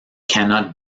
cannot